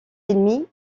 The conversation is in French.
ennemi